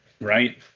right